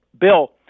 Bill